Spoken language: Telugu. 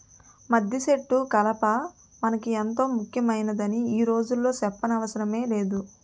మద్దిసెట్టు కలప మనకి ఎంతో ముక్యమైందని ఈ రోజుల్లో సెప్పనవసరమే లేదు